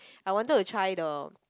I wanted to try the